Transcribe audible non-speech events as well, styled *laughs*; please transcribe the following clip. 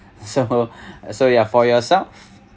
so *laughs* so ya for yourself